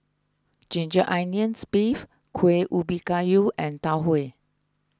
Ginger Onions Beef Kueh Ubi Kayu and Tau Huay